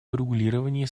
урегулировании